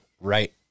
right